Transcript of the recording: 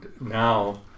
now